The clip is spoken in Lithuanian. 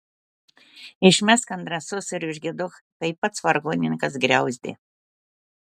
išmesk ant drąsos ir užgiedok kaip pats vargonininkas griauzdė